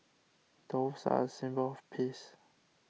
doves are a symbol of peace